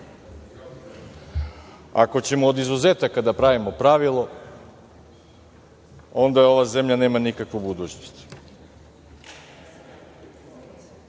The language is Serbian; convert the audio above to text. ćemo od izuzetaka da pravimo pravilo, onda ova zemlja nema nikakvu budućnost. Moram